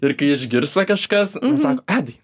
ir kai išgirsta kažkas sako edai